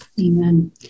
Amen